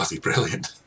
brilliant